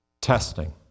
Testing